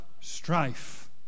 strife